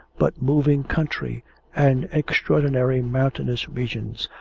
but moving country and extraordinary mountainous regions,